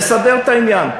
נסדר את העניין.